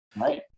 Right